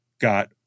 got